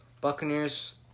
Buccaneers